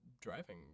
driving